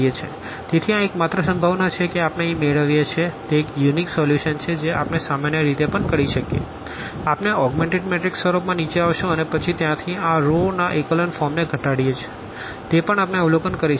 તેથી આ એકમાત્ર સંભાવના છે કે આપણે અહીં મેળવીએ છીએ તે એક યુનિક સોલ્યુશન છે જે આપણે સામાન્ય રીતે પણ કરી શકીએ છીએ આપણે આ ઓગ્મેનટેડ મેટ્રિક્સ સ્વરૂપમાં નીચે આવીશું અને પછી ત્યાંથી આ રોના ઇકોલન ફોર્મ ને ઘટાડીએ છીએ તે પણ આપણે અવલોકન કરી શકીએ છીએ